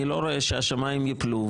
אני לא רואה שהשמיים ייפלו,